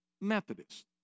Methodist